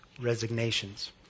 resignations